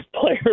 player